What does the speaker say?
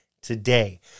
today